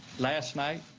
last night,